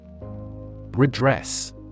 Redress